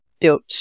built